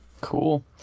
Cool